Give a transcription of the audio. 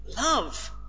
Love